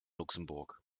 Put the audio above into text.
luxemburg